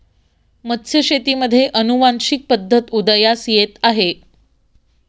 मत्स्यशेतीमध्ये अनुवांशिक पद्धत उदयास येत आहे